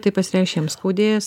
tai pasireikš jam skaudės